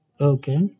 Okay